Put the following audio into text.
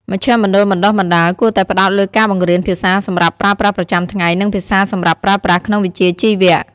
មជ្ឈមណ្ឌលបណ្តុះបណ្តាលគួរតែផ្តោតលើការបង្រៀនភាសាសម្រាប់ប្រើប្រាស់ប្រចាំថ្ងៃ និងភាសាសម្រាប់ប្រើប្រាស់ក្នុងវិជ្ជាជីវៈ។